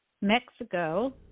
mexico